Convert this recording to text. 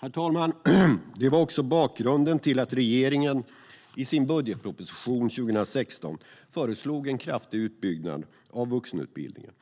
Herr talman! Det här var också bakgrunden till att regeringen i sin budgetproposition för 2016 föreslog en kraftig utbyggnad av vuxenutbildningen.